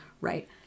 right